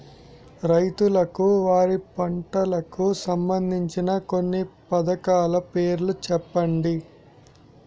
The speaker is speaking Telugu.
రైతులకు వారి పంటలకు సంబందించిన కొన్ని పథకాల పేర్లు చెప్పండి?